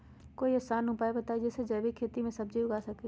कोई आसान उपाय बताइ जे से जैविक खेती में सब्जी उगा सकीं?